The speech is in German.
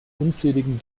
unzähligen